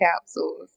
capsules